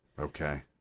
okay